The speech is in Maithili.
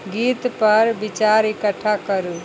गीतपर विचार इकट्ठा करू